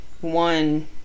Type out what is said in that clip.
one